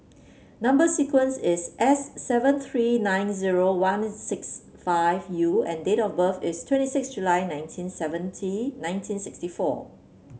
number sequence is S seven three nine zero one six five U and date of birth is twenty six July nineteen seventy nineteen sixty four